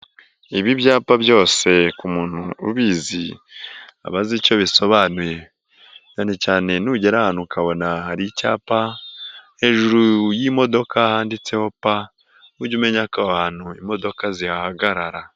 Ibi ibyapa byose ku muntu ubizi aba azi icyo bisobanuye, cyane cyane nugera hano ukabona hari icyapa, hejuru y'imodoka handitseho p, ujye umenya ko aho ahantu imodoka zihahagarara.